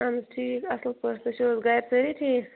اَہن حظ ٹھیٖک اصٕل پٲٹھۍ تُہۍ چھُو حظ گرٕ سٲری ٹھیٖک